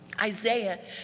Isaiah